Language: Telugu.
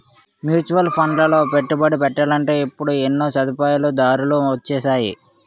మ్యూచువల్ ఫండ్లలో పెట్టుబడి పెట్టాలంటే ఇప్పుడు ఎన్నో సదుపాయాలు దారులు వొచ్చేసాయి